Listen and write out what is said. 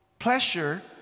Pleasure